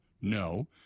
No